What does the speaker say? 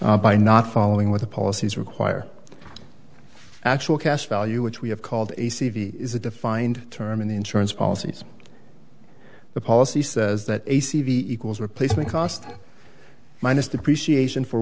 claims by not following what the policies require actual cash value which we have called a c v is a defined term in insurance policies the policy says that a c v equals replacement cost minus depreciation for